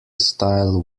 style